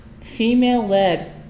female-led